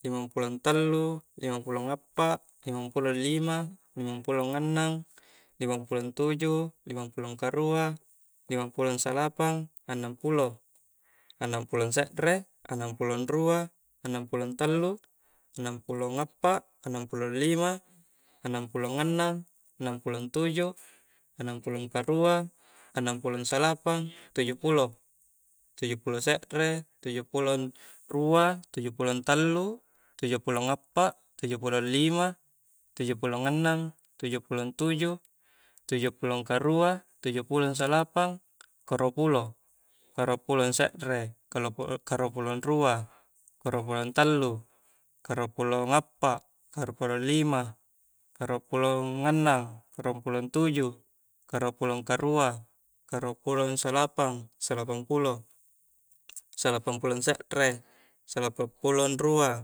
Limang pulo tallu, limang pulo appa, limang pulo liama, limang pulo annang, limang pulo tuju, limang pulo karua, limang pulo salapang, annang pulo, annang pulo sekre, annang pulo rua. annang pulo tallu, annang pulo appa, annang pulo lima, annang pulo annang, annang pulo tuju annang pulokarua, annang pulo salapang, tuju pulo, tuju pulo sekre, tuju pulo rua tuju pulo tallu, tuju pulo appa, tuju pulo lima, tuju pulo annang, tuju pulo tuju, tuju pulo karua, tuju pulo salapang, karua pulo, karua pulo sekre, karua pulo rua, karua pulo tallu, karua pulo appa, karua pulo lima, karua pulo annang, karua pulo tuju, karua pulo karua, karua pulo salapang, salapang pulo, salapang pulo sekre, salapang pulo rua,